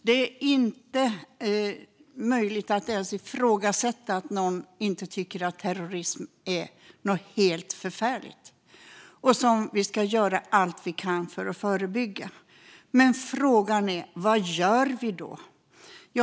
Det är inte möjligt att ifrågasätta att det inte finns någon som inte tycker att terrorism är något helt förfärligt som vi ska göra allt vi kan för att förebygga. Frågan är: Vad gör vi då?